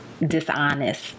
Dishonest